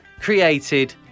created